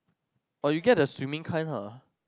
or you get the swimming kind lah